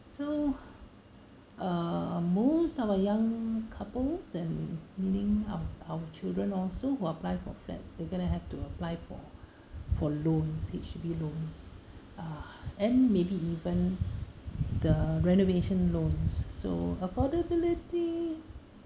so uh most of our young couples and meaning our our children also who apply for flats they're gonna have to apply for for loans H_D_B loans ah and maybe even the renovation loans so affordability